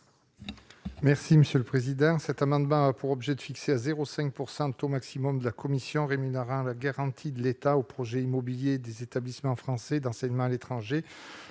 est à M. Bernard Buis. Cet amendement a pour objet de fixer à 0,5 % le taux maximum de la commission rémunérant la garantie de l'État aux projets immobiliers des établissements français d'enseignement à l'étranger.